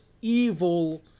evil